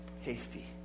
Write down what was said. Hasty